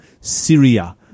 Syria